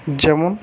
যেমন